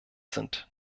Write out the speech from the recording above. sind